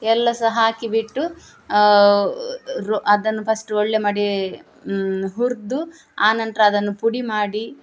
ಎಲ್ಲ ಸಹಾ ಹಾಕಿಬಿಟ್ಟು ರೋ ಅದನ್ನು ಫಸ್ಟ್ ಒಳ್ಳೆ ಮಾಡಿ ಹುರಿದು ಆನಂತರ ಅದನ್ನು ಪುಡಿಮಾಡಿ